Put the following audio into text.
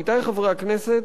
עמיתי חברי הכנסת,